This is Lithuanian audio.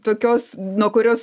tokios nuo kurios